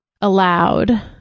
allowed